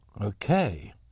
Okay